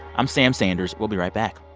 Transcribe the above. i'm sam sanders. we'll be right back